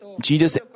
Jesus